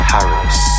Paris